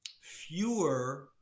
fewer